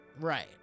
right